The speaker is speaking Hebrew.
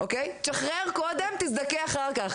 תשחרר קודם תזדכה אחר כך,